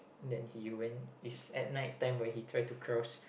that he went is at night time where he try to cross